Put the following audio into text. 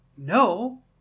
No